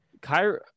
Kyra